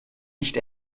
nicht